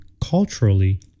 culturally